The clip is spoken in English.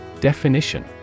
Definition